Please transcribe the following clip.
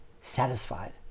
satisfied